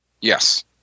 Yes